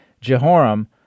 Jehoram